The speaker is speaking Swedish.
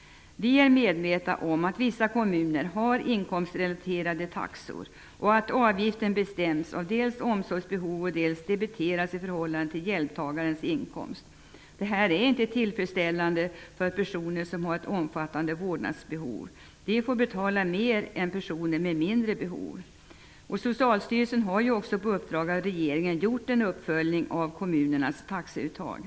Vi är medvetna om att vissa kommuner har inkomstrelaterade taxor och att avgiften bestäms dels av omsorgsbehovet, dels av hjälptagarens inkomst. Detta fungerar inte tillfredsställande för personer med ett omfattande vårdbehov, som får betala mer än personer med ett mindre behov. Socialstyrelsen har ju på uppdrag av regeringen gjort en uppföljning av kommunernas taxeuttag.